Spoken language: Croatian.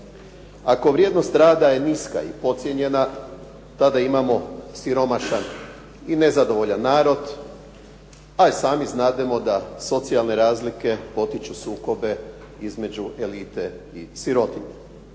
Ako vrijednost rada je niska i podcijenjena, tada imamo siromašan i nezadovoljan narod. A i sami znademo da socijalne razlike potiču sukobe između elite i sirotinje.